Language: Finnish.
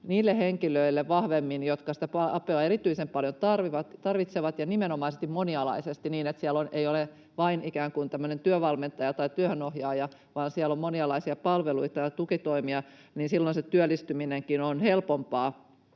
niille henkilöille vahvemmin, jotka sitä apua erityisen paljon tarvitsevat, ja nimenomaisesti monialaisesti niin, että siellä ei ole vain ikään kuin tämmöinen työvalmentaja tai työhön ohjaaja, vaan siellä on monialaisia palveluita ja tukitoimia, niin silloin se työllistyminenkin on helpompaa